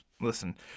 listen